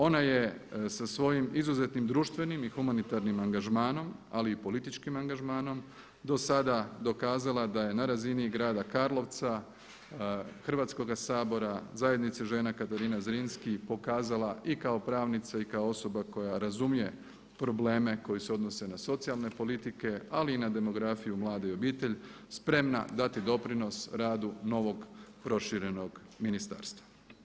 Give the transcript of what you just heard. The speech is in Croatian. Ona je sa svojim izuzetnim društvenim i humanitarnim angažmanom ali i političkim angažmanom do sada dokazala da je na razini grada Karlovca, Hrvatskoga sabora, Zajednice žena “Katarina Zrinski“ pokazala i kao pravnica i kao osoba koja razumije probleme koji se odnose na socijalne politike ali i na demografiju, mlade i obitelj spremna dati doprinos radu novog proširenog ministarstva.